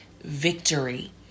victory